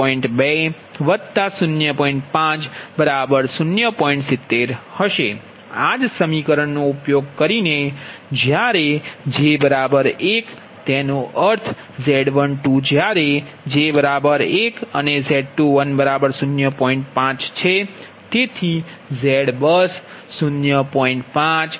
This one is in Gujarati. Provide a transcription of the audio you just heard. આ જ અભિવ્યક્તિનો ઉપયોગ કરીને જ્યારે j 1 તેનો અર્થ Z12 જ્યારે j 1અને Z210